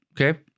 okay